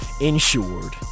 insured